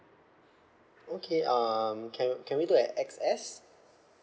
okay um can w~ can we look at X_S